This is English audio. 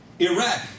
Iraq